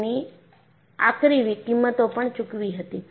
તેની આકરી કિંમતો પણ ચૂકવી હતી